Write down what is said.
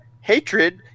hatred